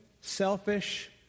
selfish